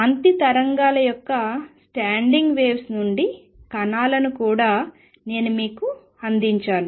కాంతి తరంగాల యొక్క standing waves నుండి కణాలను కూడా నేను మీకు అందించాను